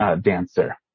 dancer